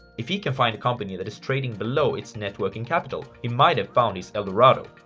if he can find a company that is trading below its net working capital, he might have found his el dorado.